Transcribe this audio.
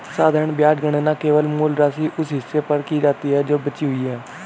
साधारण ब्याज गणना केवल मूल राशि, उस हिस्से पर की जाती है जो बची हुई है